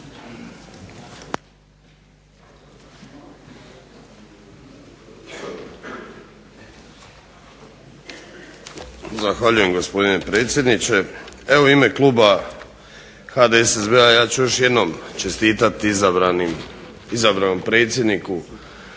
Zahvaljujem gospodine predsjedniče. U ime Kluba HDSSB-a još ću jedanput čestitati izabranom predsjedniku,